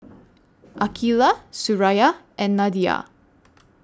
Aqeelah Suraya and Nadia